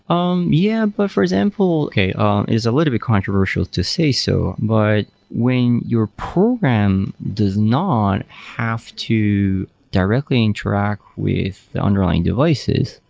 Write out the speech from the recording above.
um yeah. but for example, okay um is a little bit controversial to say so. but when your program does not have to directly interact with the underlying devices,